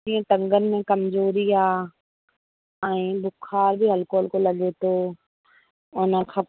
जीअं टंगनि में कमज़ोरी आहे ऐं बुख़ार बि हलिको हलिको लॻे थो हुन खां